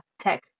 tech